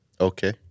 Okay